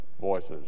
voices